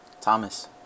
Thomas